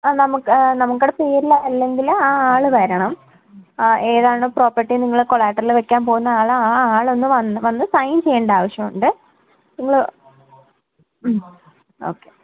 ആ നമുക്ക് നമ്മുടെ പേരിലാണ് ഉള്ളതെങ്കില് ആ ആള് വരണം ഏതാണ് പ്രോപ്പർട്ടി നിങ്ങള് കോളക്റ്ററിൽ വെക്കാൻ പോകുന്നത് ആ ആളൊന്ന് വന്ന് വന്ന് സൈൻ ചെയ്യേണ്ട ആവശ്യമുണ്ട് നിങ്ങള് ഓക്കെ